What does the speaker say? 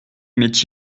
émet